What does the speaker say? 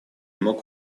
мог